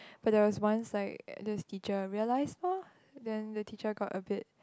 but there was once like this teacher realise lah then the teacher got a bit